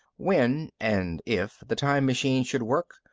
when and if the time machine should work,